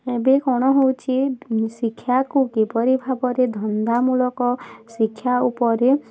ଏବେ କ'ଣ ହେଉଛି ଶିକ୍ଷାକୁ କିପରି ଭାବରେ ଧନ୍ଦାମୂଳକ ଶିକ୍ଷା ଉପରେ